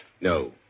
No